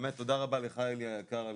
באמת תודה רבה לך אלי היקר,